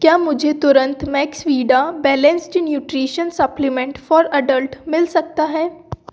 क्या मुझे तुरंत Maxvida balanced nutrition supplement for adult मिल सकता है